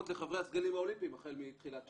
לחברי הסגלים האולימפיים החל מתחילת 19',